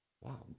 Wow